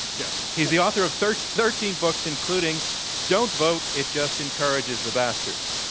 yes. he is the author of thirteen thirteen books, including don't vote it just encourages the bastards.